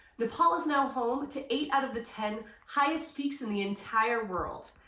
nepal is now home, to eight out of the ten, highest peaks in the entire world.